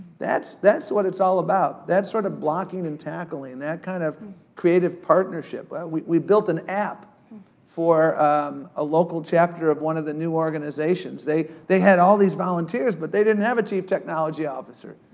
that's that's what it's all about, that sort of blocking and tackling, that kind of creative partnership. we we built an app for a local chapter of one of the new organizations. they they had all these volunteers but they didn't have a chief technology officer.